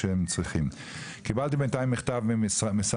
שלא תהיה לו חליפה תפורה,